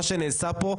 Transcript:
מה שנעשה פה,